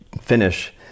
finish